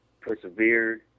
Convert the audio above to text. persevered